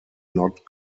not